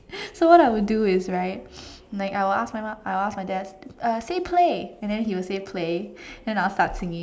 so what I would do is right like I would ask my mum I would ask my dad uh say play and then he will say play and then I will start singing